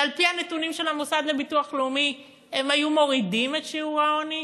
שעל-פי הנתונים של המוסד לביטוח לאומי הן היו מורידות את שיעור העוני?